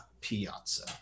Piazza